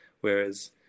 Whereas